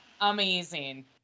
amazing